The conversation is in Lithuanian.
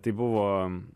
tai buvo